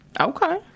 Okay